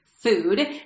food